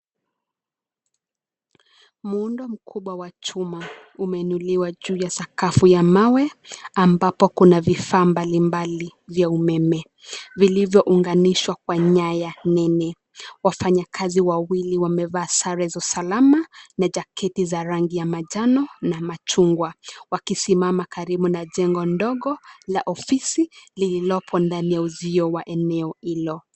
Muundo mkubwa wa chuma umeinuliwa juu ya sakafu ya mawe ambapo kuna vifaa mbali mbali vya umeme vilivyounganishwa kwa nyaya nene. Wafanyakazi wawili wamevaa sare za usalama na jaketi za rangi ya manjano na machungwa, wakisimama karibu na jengo ndogo la ofisi lililopo ndani ya uzio wa eneo hilo.